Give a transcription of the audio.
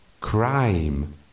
crime